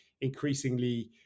increasingly